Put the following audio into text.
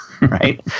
Right